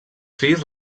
fills